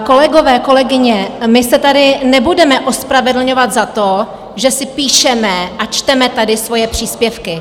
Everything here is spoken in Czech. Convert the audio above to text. Kolegové, kolegyně, my se tady nebudeme ospravedlňovat za to, že si píšeme a čteme tady svoje příspěvky.